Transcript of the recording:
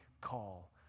call